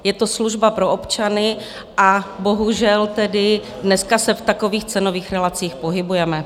Je to služba pro občany a bohužel tedy dneska se v takových cenových relacích pohybujeme.